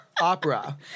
opera